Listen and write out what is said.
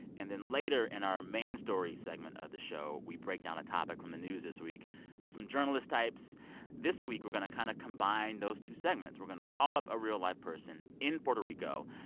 and then later in our main story segment of the show, we break down a topic from the news this week with some journalist types this week, we're going to kind of combine those two segments. we're going to call up a real, live person in puerto rico.